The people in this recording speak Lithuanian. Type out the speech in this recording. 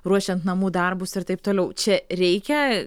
ruošiant namų darbus ir taip toliau čia reikia